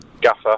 gaffer